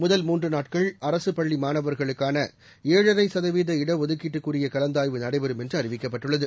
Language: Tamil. முதல் மூன்று நாட்கள் அரசுப் பள்ளி மாணவர்களுக்கான ஏழரை சதவீத இடஒதுக்கீட்டுக்குரிய கலந்தாய்வு நடைபெறும் என்று அறிவிக்கப்பட்டுள்ளது